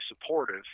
supportive